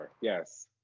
yes